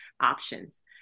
options